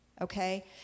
Okay